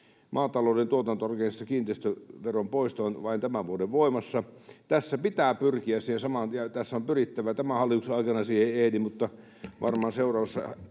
maatalouden tuotantorakennusten kiinteistöveron poisto on vain tämän vuoden voimassa. Tässä pitää pyrkiä saman tien, on pyrittävä — tämän hallituksen aikana siihen ei ehdi, mutta varmaan seuraavassa